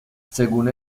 según